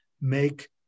make